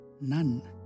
None